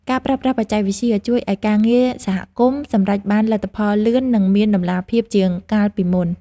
ការប្រើប្រាស់បច្ចេកវិទ្យាជួយឱ្យការងារសហគមន៍សម្រេចបានលទ្ធផលលឿន និងមានតម្លាភាពជាងកាលពីមុន។